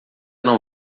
não